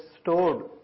stored